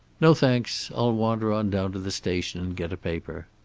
no, thanks. i'll wander on down to the station and get a paper.